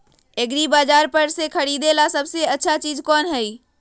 एग्रिबाजार पर से खरीदे ला सबसे अच्छा चीज कोन हई?